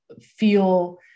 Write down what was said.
feel